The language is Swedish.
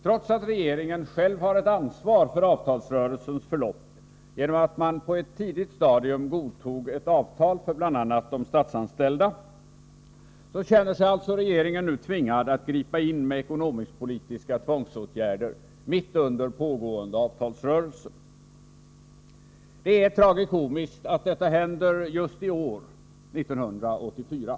Trots att regeringen själv har ett ansvar för avtalsrörelsens förlopp genom att man på ett tidigt stadium godtog ett avtal för bl.a. de statsanställda, känner sig alltså regeringen nu tvingad att gripa in med ekonomisk-politiska tvångsåtgärder mitt under pågående avtalsrörelse. Det är tragikomiskt att detta händer just i år: 1984.